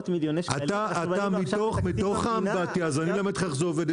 אני אלמד אותך איך זה עובד.